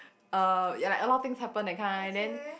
uh ya like a lot of things happen that kind then